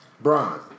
Bron